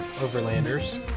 Overlanders